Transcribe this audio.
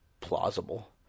plausible